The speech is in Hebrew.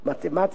מתמטיקה,